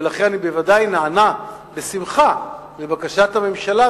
ולכן אני בוודאי נענה בשמחה לבקשת הממשלה,